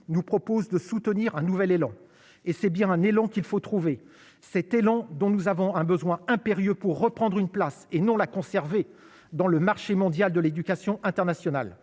nous propose de soutenir un nouvel élan et c'est bien un élan qu'il faut trouver cet élan dont nous avons un besoin impérieux pour reprendre une place et non la conserver dans le marché mondial de l'éducation international